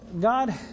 God